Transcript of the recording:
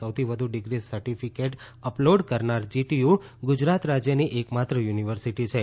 સૌથી વધુ degree certificate upload કરનાર જીટીયુ રાજ્યની એકમાત્ર યુનિવર્સિટી છે